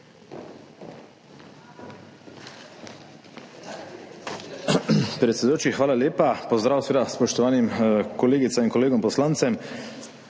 Predsedujoči, hvala lepa. Pozdrav spoštovanim kolegicam in kolegom poslancem,